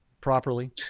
properly